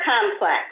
complex